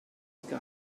sky